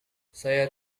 saya